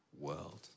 world